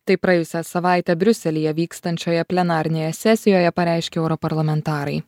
tai praėjusią savaitę briuselyje vykstančioje plenarinėje sesijoje pareiškė europarlamentarai